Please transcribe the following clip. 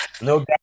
No